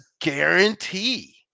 guarantee